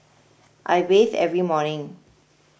I bathe every morning